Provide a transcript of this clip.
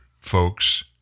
folks